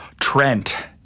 Trent